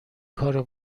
کارو